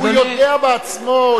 הוא יודע בעצמו.